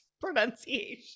pronunciation